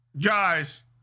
guys